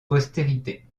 postérité